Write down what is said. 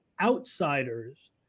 OUTSIDERS